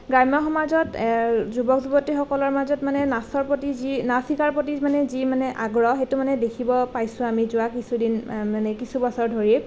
গ্ৰাম্য সমাজত যুৱক যুৱতীসকলৰ মাজত মানে নাচৰ প্ৰতি যি নাচ শিকাৰ প্ৰতি মানে যি মানে আগ্ৰহ সেইটো মানে দেখিব পাইছোঁ আমি যোৱা কিছুদিন মানে কিছু বছৰ ধৰি